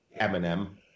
Eminem